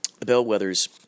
bellwethers